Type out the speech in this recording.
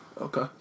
Okay